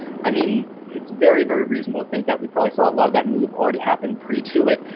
i mean, it's very, very reasonable to think that we probably saw a lot of that move already happened pre to it.